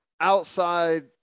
outside